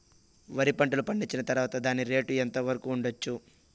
వరి పంటలు పండించిన తర్వాత దాని రేటు ఎంత వరకు ఉండచ్చు